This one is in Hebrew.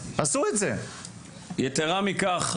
יתרה מכך,